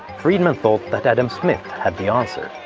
friedman thought that adam smith had the answer.